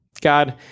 God